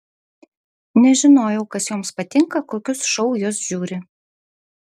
nežinojau kas joms patinka kokius šou jos žiūri